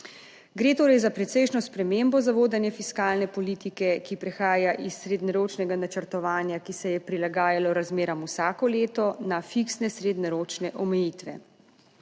Gre torej za precejšnjo spremembo za vodenje fiskalne politike, ki prihaja iz srednjeročnega načrtovanja, ki se je prilagajalo razmeram vsako leto na fiksne srednjeročne omejitve.